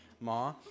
ma